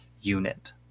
unit